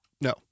No